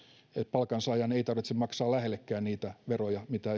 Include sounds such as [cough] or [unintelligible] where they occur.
palkansaajan ei tarvitse maksaa lähellekään niitä veroja mitä [unintelligible]